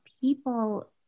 people